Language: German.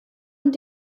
und